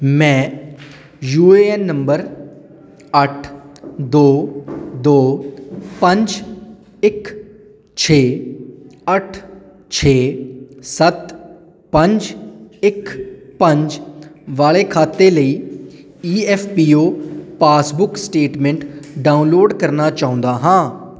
ਮੈਂ U A N number ਅੱਠ ਦੋ ਦੋ ਪੰਜ ਇੱਕ ਛੇ ਅੱਠ ਛੇ ਸੱਤ ਪੰਜ ਇੱਕ ਪੰਜ ਵਾਲੇ ਖਾਤੇ ਲਈ E F P O passbook statement download ਕਰਨਾ ਚਾਹੁੰਦਾ ਹਾਂ